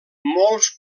molt